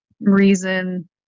reason